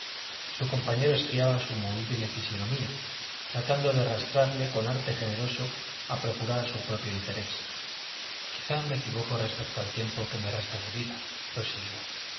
su compañero espiaba su movible fisonomía tratando de arrastrarle con arte generoso a procurar su propio interés quizá me equivoco respecto al tiempo que me resta de vida